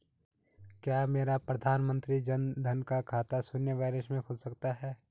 क्या मेरा प्रधानमंत्री जन धन का खाता शून्य बैलेंस से खुल सकता है?